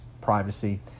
privacy